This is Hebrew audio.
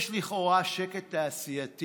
יש לכאורה שקט תעשייתי